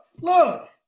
look